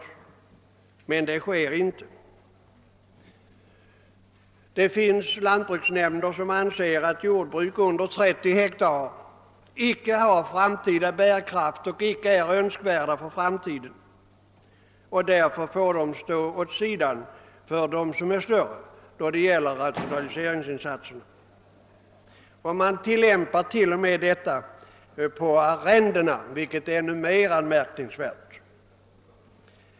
Men så sker inte. Det finns lantbruksnämnder som anser att jordbruk under 30 hektar inte har framtida bärkraft och icke är önskvärda för framtiden, och därför får dessa jordbruk när det gäller rationaliseringsinsatserna stå åt sidan för dem som är större. Denna princip tillämpas t.o.m. på arrendena, något som är ännu mer anmärkningsvärt.